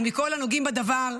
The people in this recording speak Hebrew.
ומכל הנוגעים בדבר,